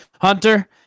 Hunter